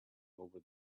over